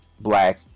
black